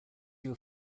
your